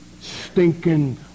stinking